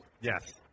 Yes